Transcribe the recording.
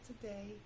today